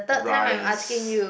rice